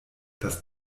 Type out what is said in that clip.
das